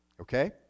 Okay